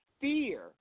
fear